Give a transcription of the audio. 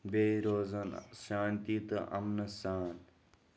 بیٚیہِ روزَن شانتی تہٕ اَمنہٕ سان